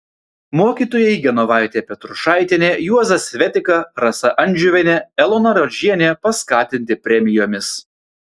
mokytojai genovaitė petrušaitienė juozas svetika rasa andžiuvienė elona rodžienė paskatinti premijomis